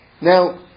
Now